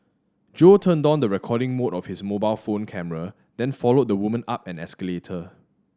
Jo turned on the recording mode of his mobile phone camera then followed the woman up an escalator